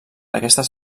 aquestes